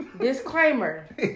Disclaimer